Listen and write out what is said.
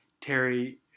Terry